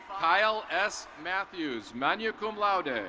kyle s. matthews, magna cum laude.